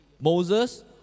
Moses